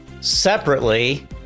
Separately